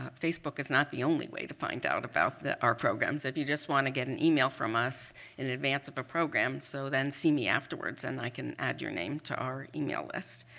ah facebook is not the only way to find out about our programs. if you just want to get an email from us in advance of a program, so then see me afterwards and i can add your name to our email list.